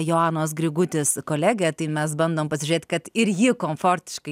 joanos grigutis kolegė tai mes bandom pasižiūrėt kad ir ji komfortiškai